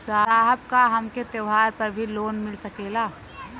साहब का हमके त्योहार पर भी लों मिल सकेला?